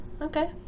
Okay